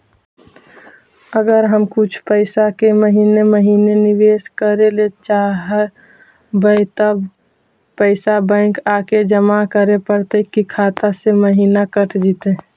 अगर हम कुछ पैसा के महिने महिने निबेस करे ल चाहबइ तब पैसा बैक आके जमा करे पड़तै कि खाता से महिना कट जितै?